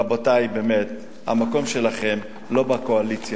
רבותי, המקום שלכם לא בקואליציה.